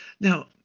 now